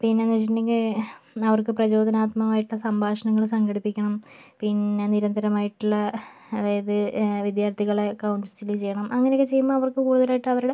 പിന്നെ എന്ന് വെച്ചിട്ടുണ്ടെങ്കിൽ അവർക്ക് പ്രചോദനാത്മകമായിട്ടുള്ള സംഭാഷണങ്ങൾ സംഘടിപ്പിക്കണം പിന്നെ നിരന്തരമായിട്ടുള്ള അതായത് വിദ്യാർത്ഥികളെ കൗൺസില് ചെയ്യണം അങ്ങനെ ഒക്കെ ചെയ്യുമ്പോൾ അവർക്ക് കൂടുതലായിട്ട് അവരുടെ